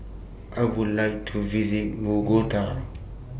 I Would like to visit Mogota